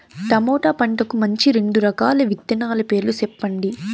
tomato పంటకు మంచి రెండు రకాల విత్తనాల పేర్లు సెప్పండి